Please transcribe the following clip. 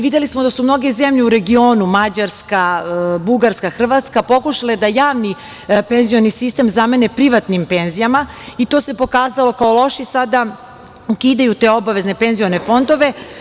Videli smo da su mnoge zemlje u regionu, Mađarska, Bugarska, Hrvatska, pokušale da javni penzioni sistem zamene privatnim penzijama i to se pokazalo kao loše, pa sada ukidaju te obavezne penzione fondove.